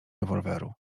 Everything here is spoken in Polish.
rewolweru